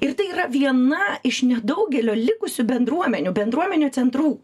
ir tai yra viena iš nedaugelio likusių bendruomenių bendruomenių centrų